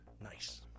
Nice